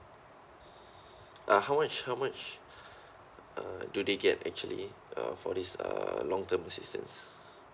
uh how much how much uh do they get actually uh for this uh long term assistance